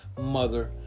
mother